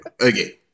Okay